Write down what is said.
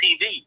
TV